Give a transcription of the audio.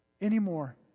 anymore